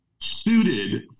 Suited